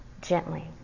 gently